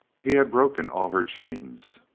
he had broken all her chains,